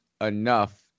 enough